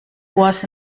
was